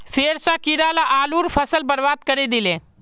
फेर स कीरा ला आलूर फसल बर्बाद करे दिले